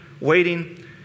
waiting